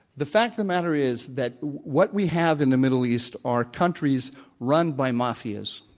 the fact of the matter is that what we have in the middle east are countries run by mafias,